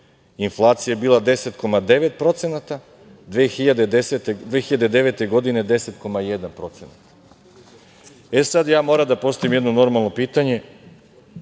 inflacija je bila 10,9%, a 2009. godine 10,1%.Sada ja moram da postavim jedno normalno pitanje